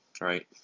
right